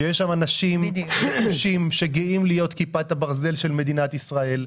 שיש שם אנשים שגאים להיות כיפת הברזל של מדינת ישראל.